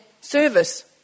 service